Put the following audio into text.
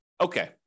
okay